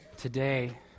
Today